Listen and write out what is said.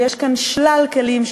ויש כאן שלל כלים,